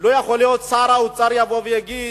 לא יכול להיות ששר האוצר יבוא ויגיד: